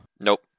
Nope